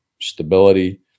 stability